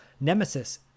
Nemesis